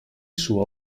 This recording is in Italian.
suo